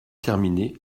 terminé